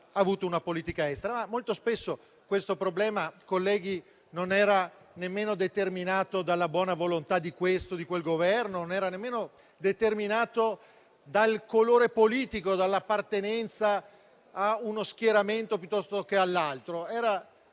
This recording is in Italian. avuto una politica estera. Molto spesso questo problema non era nemmeno determinato dalla buona volontà di questo o di quel Governo, dal colore politico, dall'appartenenza a uno schieramento piuttosto che all'altro;